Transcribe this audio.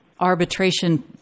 arbitration